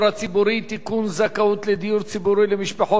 זכאות לדיור ציבורי למשפחות עולים חד-הוריות),